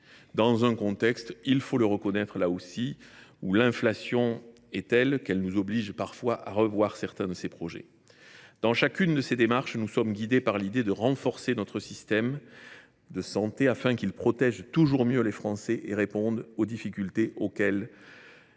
santé, même s’il faut reconnaître que l’inflation est telle qu’elle nous oblige parfois à revoir certains de ces projets. Dans chacune de ces démarches, nous sommes guidés par l’idée de renforcer notre système de santé, afin de protéger toujours mieux les Français et de répondre aux difficultés auxquelles